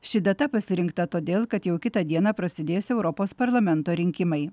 ši data pasirinkta todėl kad jau kitą dieną prasidės europos parlamento rinkimai